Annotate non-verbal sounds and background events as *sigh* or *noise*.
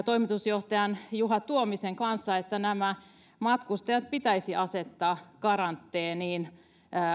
*unintelligible* toimitusjohtajan juha tuomisen kanssa että nämä matkustajat pitäisi asettaa karanteeniin